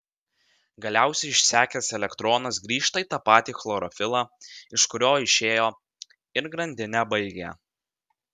galiausiai išsekęs elektronas grįžta į tą patį chlorofilą iš kurio išėjo ir grandinę baigia